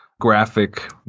graphic